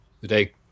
today